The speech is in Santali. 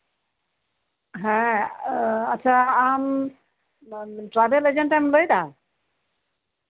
ᱦᱮᱸ ᱟᱪᱪᱷᱟ ᱟᱢ ᱴᱨᱟᱵᱷᱮᱞ ᱮᱡᱮᱱᱴᱮᱢ ᱞᱟᱹᱭᱫᱟ